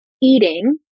eating